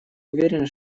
уверены